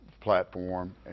platform